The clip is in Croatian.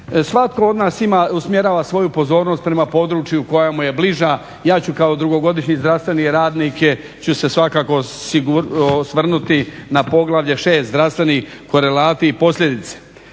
Svatko od nas ima, usmjerava svoju pozornost prema području koja mu je bliža. Ja ću kao dugogodišnji zdravstveni radnik, ću se svakako osvrnuti na poglavlje 6. zdravstveni korelati i posljedice.